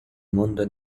mondo